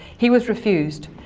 he was refused.